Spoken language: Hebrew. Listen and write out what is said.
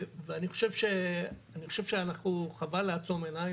ואני חושב שחבל שאנחנו נעצום עיניים